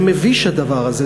זה מביש, הדבר הזה.